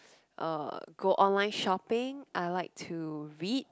uh go online shopping I like to read